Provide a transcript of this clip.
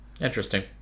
Interesting